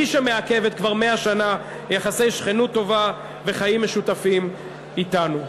הוא שמעכב כבר 100 שנה יחסי שכנות טובה וחיים משותפים אתנו.